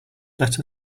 let